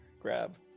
grab